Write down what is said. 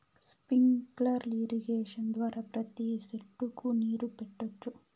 sprinkler irrigation ద్వారా ప్రతి సెట్టుకు నీరు పెట్టొచ్చు